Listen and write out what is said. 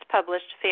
Published